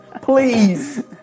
Please